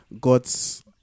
God's